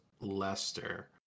Leicester